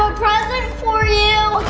um present for you!